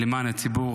למען הציבור.